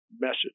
message